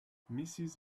mrs